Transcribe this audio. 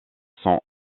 sont